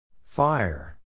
Fire